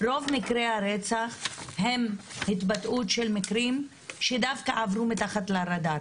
רוב מקרי הרצח הם התבטאות של מקרים שדווקא עברו מתחת לרדאר.